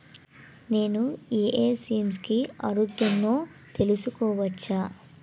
నేను యే యే స్కీమ్స్ కి అర్హుడినో తెలుసుకోవచ్చా?